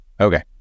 Okay